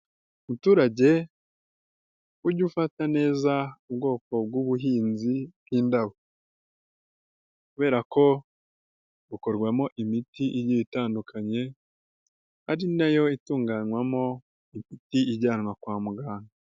Muturage ujye ufata neza ubwoko bw'ubuhinzi bw'indabo kubera ko bukorwamo imiti itandukanye, ari nayo itunganywamo imiti ijyanwa kwa muganga.